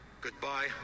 Goodbye